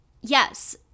yes